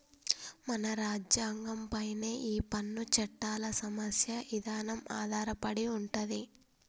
మన రాజ్యంగం పైనే ఈ పన్ను చట్టాల సమస్య ఇదానం ఆధారపడి ఉంటది